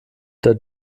der